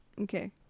okay